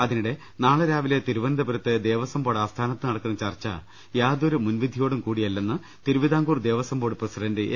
അതിനിടെ നാളെ രാവിലെ തിരുവനന്തപുരത്ത് ദേവസ്വം ബോർഡ് ആസ്ഥാനത്ത് നടക്കുന്ന ചർച്ച യാതൊരു മുൻവിധി യോടും കൂടിയല്ലെന്ന് Thiruvithamkoor Devaswom board president A